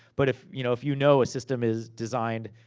but if you know if you know a system is designed,